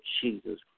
Jesus